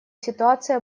ситуации